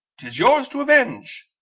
tis yours to avenge!